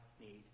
need